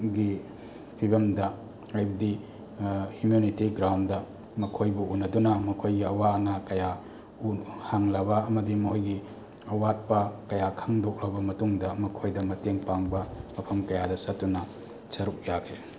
ꯒꯤ ꯐꯤꯕꯝꯗ ꯍꯥꯏꯕꯗꯤ ꯍ꯭ꯌꯨꯃꯦꯅꯤꯇꯤ ꯒ꯭ꯔꯥꯎꯟꯗ ꯃꯈꯣꯏꯕꯨ ꯎꯅꯗꯨꯅ ꯃꯈꯣꯏꯒꯤ ꯑꯋꯥ ꯑꯅꯥ ꯀꯌꯥ ꯍꯪꯂꯕ ꯑꯃꯗꯤ ꯃꯈꯣꯏꯒꯤ ꯑꯋꯥꯠꯄ ꯀꯌꯥ ꯈꯪꯗꯣꯛꯂꯕ ꯃꯇꯨꯡꯗ ꯃꯈꯣꯏꯗ ꯃꯇꯦꯡ ꯄꯥꯡꯕ ꯃꯐꯝ ꯀꯌꯥꯗ ꯆꯠꯇꯨꯅ ꯁꯥꯔꯨꯛ ꯌꯥꯈꯤ